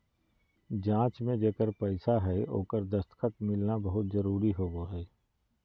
जाँच में जेकर पैसा हइ ओकर दस्खत मिलना बहुत जरूरी होबो हइ